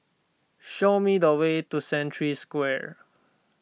show me the way to Century Square